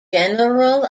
general